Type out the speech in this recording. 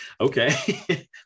Okay